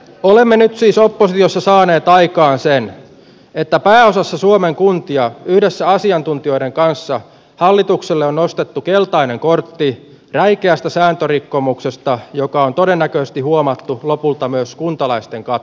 olemme nyt siis oppositiossa saaneet aikaan sen että pääosassa suomen kuntia yhdessä asiantuntijoiden kanssa hallitukselle on nostettu keltainen kortti räikeästä sääntörikkomuksesta joka on todennäköisesti huomattu lopulta myös kuntalaisten katsomossa